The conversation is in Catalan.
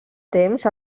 temps